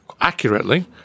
accurately